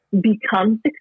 become